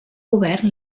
govern